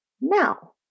now